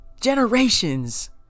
generations